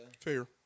fair